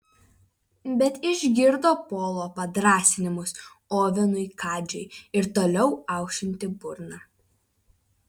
bet išgirdo polo padrąsinimus ovenui kadžiui ir toliau aušinti burną